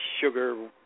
sugar